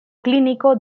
clínico